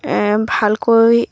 ভালকৈ